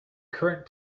current